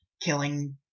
killing